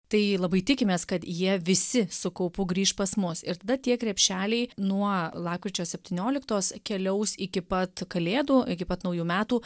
tai labai tikimės kad jie visi su kaupu grįš pas mus ir tada tie krepšeliai nuo lapkričio septynioliktos keliaus iki pat kalėdų iki pat naujų metų